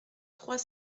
trois